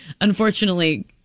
unfortunately